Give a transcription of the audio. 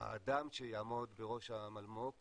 האדם שיעמוד בראש המולמו"פ